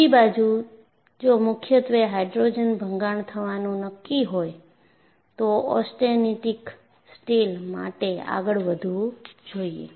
બીજી બાજુ જો મુખ્યત્વે હાઇડ્રોજન ભંગાણ થવાનું નક્કી હોય તો ઓસ્ટેનિટિક સ્ટીલ માટેઆગળ વધવું જોઈએ